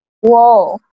whoa